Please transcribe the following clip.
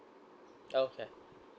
okay